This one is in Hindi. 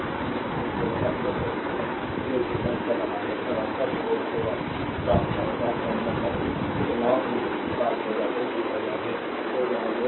तो यह टर्मिनल है जो इसे दर्ज कर रहा है यह वास्तव में वोल्ट होगा ड्रॉप terminals लॉ के बाद होगा जो कि iR है